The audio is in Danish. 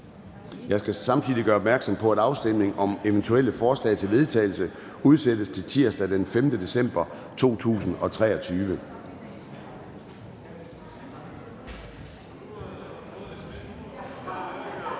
Jeg skal samtidig gøre opmærksom på, at afstemning om eventuelle forslag til vedtagelse udsættes til tirsdag den 5. december 2023.